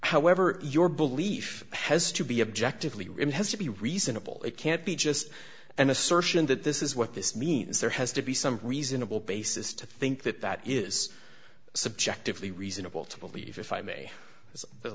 however your belief has to be objectively rim has to be reasonable it can't be just an assertion that this is what this means there has to be some reasonable basis to think that that is subjectively reasonable to believe if i may